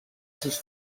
sus